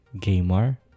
gamer